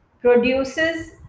produces